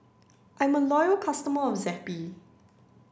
I'm a loyal customer of zappy